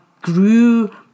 grew